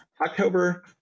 October